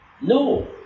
no